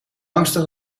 angstig